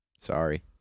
sorry